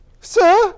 Sir